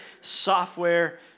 software